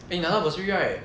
eh 你拿到 bursary right